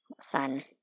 sun